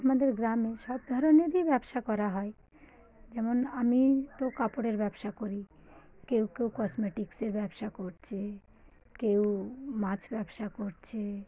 আমাদের গ্রামে সব ধরনেরই ব্যবসা করা হয় যেমন আমি তো কাপড়ের ব্যবসা করি কেউ কেউ কসমেটিকসের ব্যবসা করছে কেউ মাছ ব্যবসা করছে